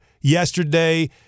yesterday